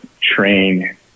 train